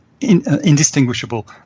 indistinguishable